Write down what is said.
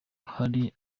hari